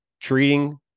treating